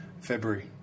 February